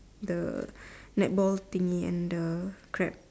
the netball thingy and the crab